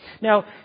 Now